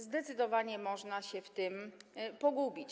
Zdecydowanie można się w tym pogubić.